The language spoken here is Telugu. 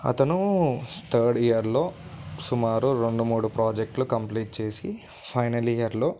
అతను థర్డ్ ఇయర్లో సుమారు రెండు మూడు ప్రాజెక్టులు కంప్లీట్ చేసి ఫైనల్ ఇయర్లో